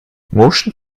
motion